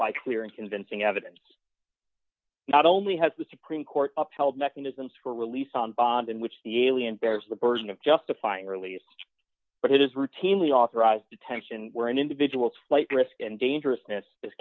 by clear and convincing evidence not only has the supreme court upheld mechanisms for release on bond in which the alien bears the burden of justifying released but it is routinely authorized detention where an individual's flight risk and dangerousness